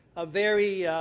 a very